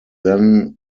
then